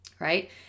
right